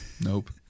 nope